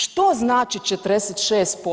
Što znači 46%